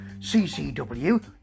CCW